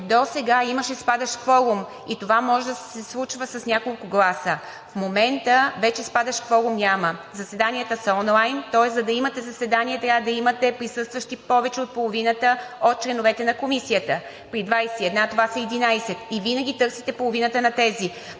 досега имаше спадащ кворум и това може да се случва с няколко гласа. В момента вече спадащ кворум няма, заседанията са онлайн. Тоест, за да имате заседание, трябва да имате присъстващи повече от половината от членовете на комисията – при 21 това са 11 и винаги търсите половината на тези.